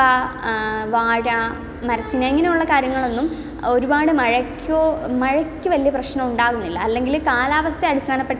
വാഴ മരിച്ചിനി ഇങ്ങനെ ഉള്ള കാര്യങ്ങളൊന്നും ഒരുപാട് മഴയ്ക്കോ മഴയ്ക്ക് വലിയ പ്രശ്നം ഉണ്ടാവുന്നില്ല അല്ലെങ്കിൽ കാലാവസ്ഥ അടിസ്ഥാനപ്പെടുത്തി